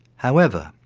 however,